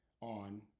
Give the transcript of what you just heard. on